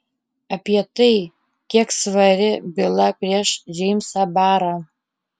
apie tai kiek svari byla prieš džeimsą barą